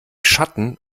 schatten